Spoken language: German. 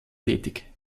tätig